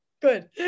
Good